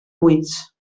buits